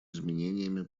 изменениями